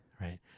right